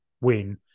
win